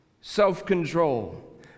self-control